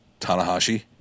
Tanahashi